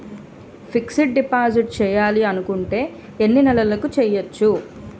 Fixed deposit చేయాలి అనుకుంటే ఎన్నే నెలలకు చేయొచ్చు?